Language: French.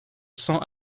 sang